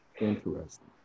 interesting